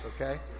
okay